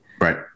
Right